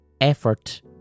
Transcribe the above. effort